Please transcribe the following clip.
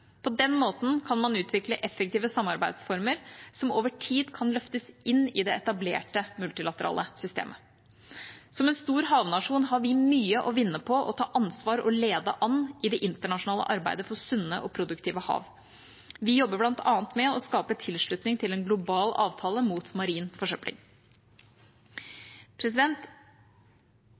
På den måten kan man utvikle effektive samarbeidsformer som over tid kan løftes inn i det etablerte multilaterale systemet. Som en stor havnasjon har vi mye å vinne på å ta ansvar og lede an i det internasjonale arbeidet for sunne og produktive hav. Vi jobber bl.a. med å skape tilslutning til en global avtale mot marin